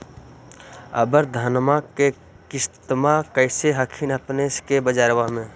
अबर धानमा के किमत्बा कैसन हखिन अपने के बजरबा में?